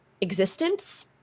existence